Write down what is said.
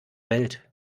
welt